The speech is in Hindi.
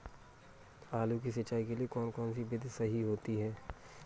आलू की सिंचाई के लिए कौन सी विधि सही होती है?